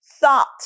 thought